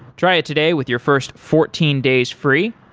try it today with your first fourteen days free.